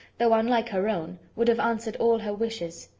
though unlike her own, would have answered all her wishes.